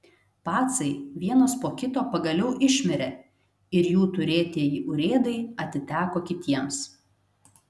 pacai vienas po kito pagaliau išmirė ir jų turėtieji urėdai atiteko kitiems